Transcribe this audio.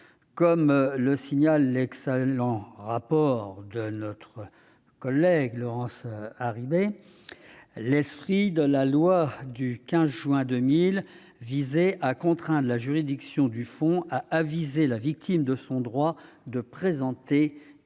Comme le signale l'excellent rapport de notre rapporteure Laurence Harribey, l'esprit de la loi du 15 juin 2000 visait à contraindre la juridiction saisie au fond à aviser la victime de son droit de présenter une demande